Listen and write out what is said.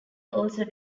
also